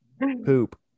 poop